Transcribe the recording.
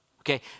Okay